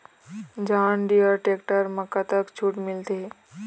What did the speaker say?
John Deere tractor म कतक छूट मिलथे?